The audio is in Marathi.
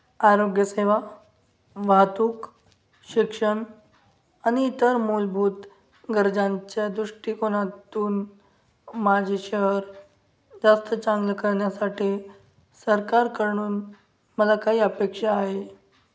आरोग्यसेवा वाहतूक शिक्षण आणि इतर मूलभूत गरजांच्या दृष्टिकोनातून माझे शहर जास्त चांगलं करण्यासाठी सरकारकडून मला काही अपेक्षा आहे